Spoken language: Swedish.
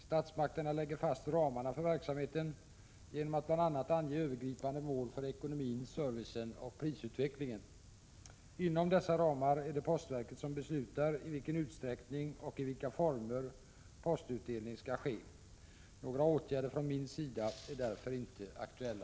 Statsmakterna lägger fast ramarna för verksamheten genom att bl.a. ange övergripande mål för ekonomin, servicen och prisutvecklingen. Inom dessa ramar är det postverket som beslutar i vilken utsträckning och i vilka former postutdelning skall ske. Några åtgärder från min sida är därför inte aktuella.